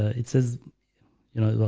it says you know,